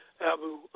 Abu